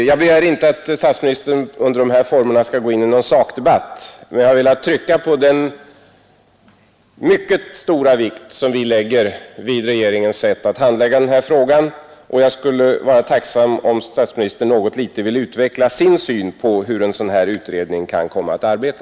Jag begär inte att statsministern i detta sammanhang skall gå in i någon sakdebatt, men jag har velat trycka på den mycket stora vikt som vi lägger vid regeringens sätt att handlägga denna fråga. Jag skulle vara tacksam om statsministern något litet ville utveckla sin syn på hur en sådan här utredning kan komma att arbeta.